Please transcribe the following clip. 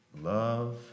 Love